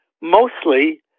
mostly